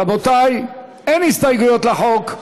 רבותי, אין הסתייגויות לחוק.